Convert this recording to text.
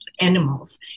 animals